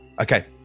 Okay